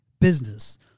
business